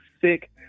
sick